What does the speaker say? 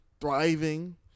Thriving